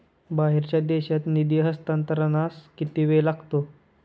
बाहेरच्या देशात निधी हस्तांतरणास किती वेळ लागेल?